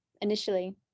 initially